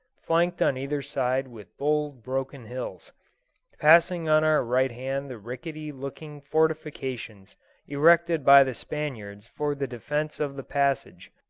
flanked on either side with bold broken hills passing on our right hand the ricketty-looking fortifications erected by the spaniards for the defence of the passage,